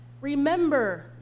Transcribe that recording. Remember